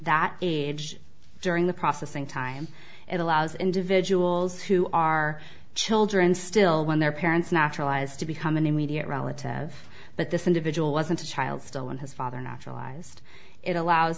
that age during the processing time it allows individuals who are children still when their parents naturalized to become an immediate relative but this individual wasn't a child still when his father naturalized it allows